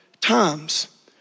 times